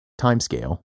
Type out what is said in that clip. timescale